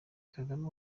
kagame